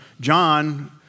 John